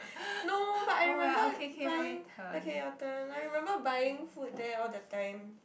no but I remember buying okay your turn I remember buying food there all the time